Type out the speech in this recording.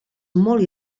molt